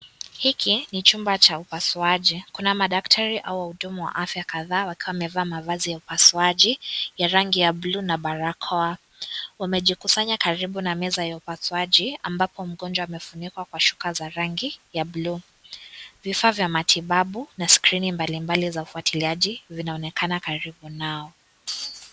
Hiki ni chumba cha upasuaji. Kuna madaktari au wahudumu wa afya kadhaa, wakiwa wamevaa mavazi ya upasuaji ya rangi ya buluu na barakoa. Wamejikusanya karibu na meza ya upasuaji, ambapo mgonjwa amefunikwa kwa shuka za rangi ya buluu. Vifaa vya matibabu na skrini mbalimbali za ufuatiliaji zinaonekana karibu nao.